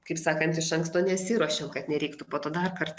kaip sakant iš anksto nesiruošiau kad nereiktų po to dar kartą